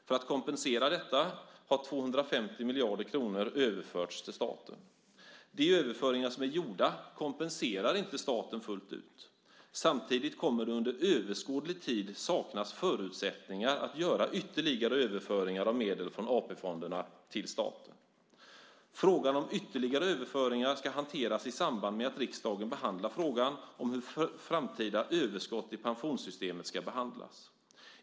För att kompensera detta har 250 miljarder kronor överförts till staten. De överföringar som är gjorda kompenserar inte staten fullt ut. Samtidigt kommer det under överskådlig tid att saknas förutsättningar för att göra ytterligare överföringar av medel från AP-fonderna till staten. Frågan om ytterligare överföringar ska hanteras i samband med att riksdagen behandlar frågan om hur framtida överskott i pensionssystemet ska behandlas.